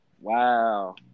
Wow